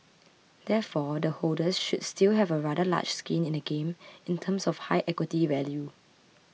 therefore the holders should still have a rather large skin in the game in terms of high equity value